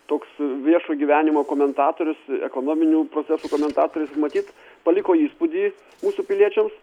toks viešo gyvenimo komentatorius ekonominių procesų komentatorius matyt paliko įspūdį mūsų piliečiams